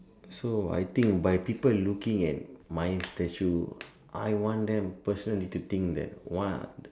so I think by people looking at my statue I want them personally to think that what